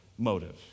motive